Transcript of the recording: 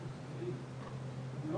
אני לא